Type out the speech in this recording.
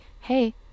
hey